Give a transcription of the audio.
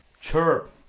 Chirp